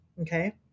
Okay